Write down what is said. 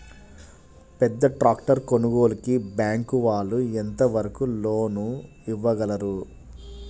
పెద్ద ట్రాక్టర్ కొనుగోలుకి బ్యాంకు వాళ్ళు ఎంత వరకు లోన్ ఇవ్వగలరు?